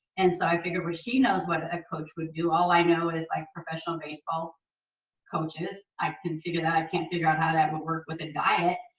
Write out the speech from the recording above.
and so i figured well she knows what a coach will do. all i know is like professional baseball coaches i can figure that out. i can't figure out how that would work with a diet.